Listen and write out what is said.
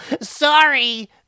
sorry